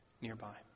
nearby